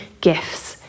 gifts